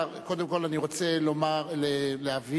אי-אפשר עכשיו לתקן ולהגיד: הכול,